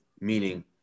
meaning